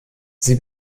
sie